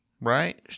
right